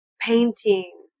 painting